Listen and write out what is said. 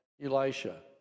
Elisha